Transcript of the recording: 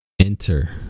Enter